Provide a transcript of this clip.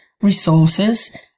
resources